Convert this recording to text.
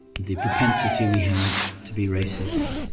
the propensity we have to be racist,